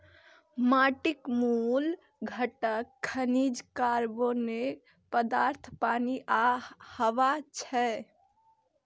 माटिक मूल घटक खनिज, कार्बनिक पदार्थ, पानि आ हवा छियै